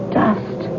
dust